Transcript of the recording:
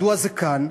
מדוע זה כאן?